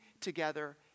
together